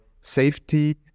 safety